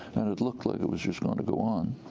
and it looked like it was just going to go on.